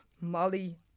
Molly